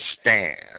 stand